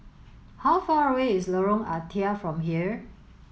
how far away is Lorong Ah Thia from here